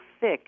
thick